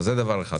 זה דבר אחד.